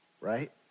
Right